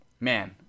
Man